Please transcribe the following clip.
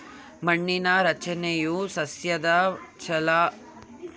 ಮಣ್ಣಿನ ರಚನೆಯು ಸಸ್ಯದ ಬೆಳವಣಿಗೆಯ ಮೇಲೆ ಹೆಂಗ ಪರಿಣಾಮ ಬೇರ್ತದ?